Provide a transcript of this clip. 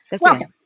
welcome